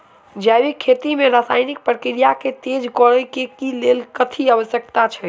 जैविक खेती मे रासायनिक प्रक्रिया केँ तेज करै केँ कऽ लेल कथी आवश्यक छै?